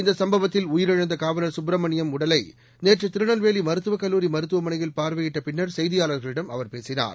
இந்த சம்பவத்தில் உயிரிழந்த காவலர் சுப்பிரமணியன் உடலை நேற்று திருநெல்வேலி மருத்துவக் கல்லூரி மருத்துவமனையில் பார்வையிட்ட பின்னர் செய்தியாளர்களிடம் அவர் பேசினார்